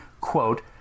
quote